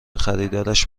خریدارش